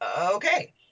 Okay